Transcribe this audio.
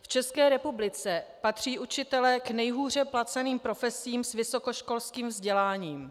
V České republice patří učitelé k nejhůře placeným profesím s vysokoškolským vzděláním.